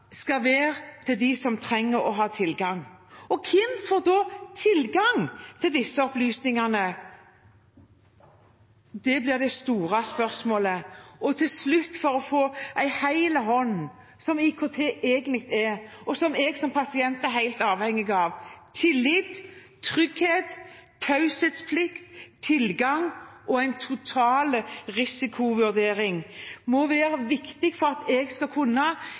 skal være for dem som trenger å ha tilgang til dem. Hvem får så tilgang til disse opplysningene? Det blir det store spørsmålet. Til slutt, for å få en hel hånd, som IKT egentlig er, og som jeg som pasient er helt avhengig av: Tillit, trygghet, taushetsplikt, tilgang og en total risikovurdering må være viktig for at jeg skal kunne